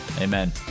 Amen